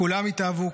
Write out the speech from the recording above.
כולם התאהבו.